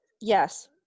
Yes